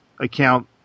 account